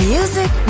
Music